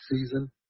season